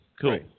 cool